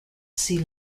sea